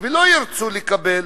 ולא ירצו לקבל